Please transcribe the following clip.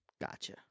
Gotcha